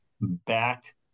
back